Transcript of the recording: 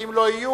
ואם הם לא יהיו,